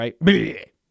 right